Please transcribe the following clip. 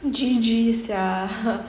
G_G sia